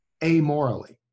amorally